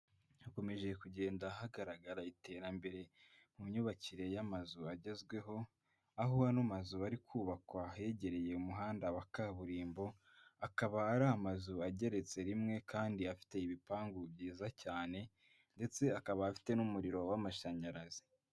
Hakomeje kugenda hagaragara iterambere mu myubakire y'amazu agezweho, aho ano amazu ari kubakwa ahegereye umuhanda wa kaburimbo, akaba ari amazu ageretse rimwe kandi afite ibipangu byiza cyane ndetse akaba afite n'umuriro w'amashanyarazi.